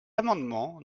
amendement